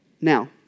Now